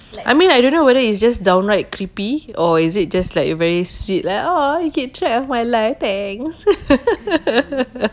I mean I don't know whether it's just downright creepy or is it just like very sweet like !aww! you keep track of my life thanks